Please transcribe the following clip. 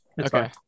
okay